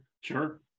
Sure